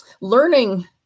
Learning